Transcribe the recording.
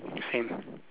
same